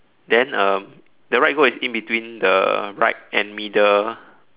then um the right goat is in between the right and middle